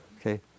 Okay